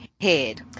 head